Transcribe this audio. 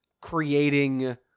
creating